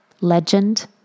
legend